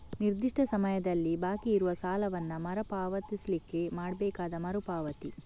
ನಿರ್ದಿಷ್ಟ ಸಮಯದಲ್ಲಿ ಬಾಕಿ ಇರುವ ಸಾಲವನ್ನ ಮರು ಪಾವತಿಸ್ಲಿಕ್ಕೆ ಮಾಡ್ಬೇಕಾದ ಮರು ಪಾವತಿ